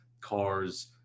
cars